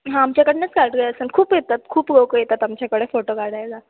हां आमच्याकडूनच काढले असणार खूप येतात खूप लोकं येतात आमच्याकडे फोटो काढायला